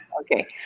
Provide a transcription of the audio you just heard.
okay